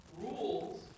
Rules